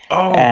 oh,